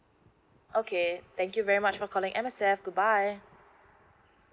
okay thank you very much for calling M_S_F good bye